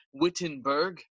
Wittenberg